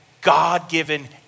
God-given